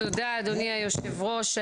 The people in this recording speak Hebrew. תודה אדוני היושב ראש,